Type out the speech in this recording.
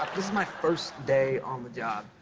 is my first day on the job.